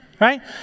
Right